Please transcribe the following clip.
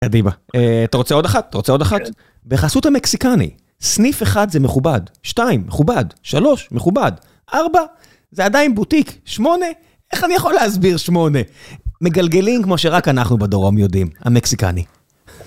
קדימה, אתה רוצה עוד אחת? אתה רוצה עוד אחת? כן. ביחסות המקסיקני, סניף אחד זה מכובד, שתיים, מכובד, שלוש, מכובד, ארבע, זה עדיין בוטיק, שמונה, איך אני יכול להסביר שמונה? מגלגלים כמו שרק אנחנו בדרום יודעים, המקסיקנים